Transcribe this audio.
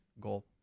goal